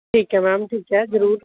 ਠੀਕ ਹੈ ਮੈਮ ਠੀਕ ਹੈ ਜ਼ਰੂਰ